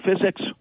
physics